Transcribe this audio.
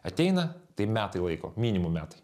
ateina tai metai laiko minimum metai